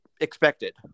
expected